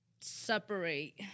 separate